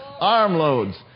Armloads